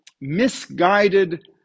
misguided